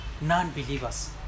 non-believers